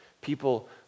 people